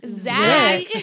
Zach